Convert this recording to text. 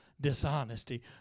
dishonesty